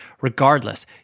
regardless